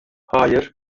hayır